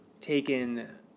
taken